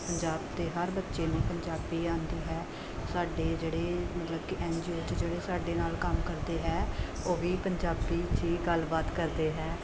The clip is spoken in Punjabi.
ਪੰਜਾਬ ਅਤੇ ਹਰ ਬੱਚੇ ਨੂੰ ਪੰਜਾਬੀ ਆਉਂਦੀ ਹੈ ਸਾਡੇ ਜਿਹੜੇ ਮਤਲਬ ਕਿ ਐਨ ਜੀ ਓ 'ਚ ਜਿਹੜੇ ਸਾਡੇ ਨਾਲ ਕੰਮ ਕਰਦੇ ਹੈ ਉਹ ਵੀ ਪੰਜਾਬੀ 'ਚ ਹੀ ਗੱਲਬਾਤ ਕਰਦੇ ਹੈ